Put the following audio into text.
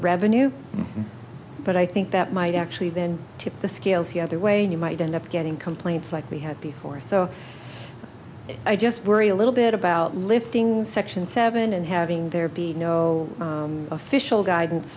revenue but i think that might actually then tip the scales the other way and you might end up getting complaints like we had before so i just worry a little bit about lifting section seven and having there be no official guidance